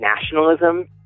nationalism